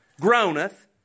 groaneth